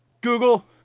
Google